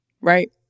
right